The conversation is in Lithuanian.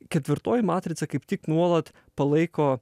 ketvirtoji matrica kaip tik nuolat palaiko